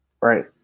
right